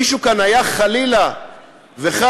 מישהו כאן היה, חלילה וחס,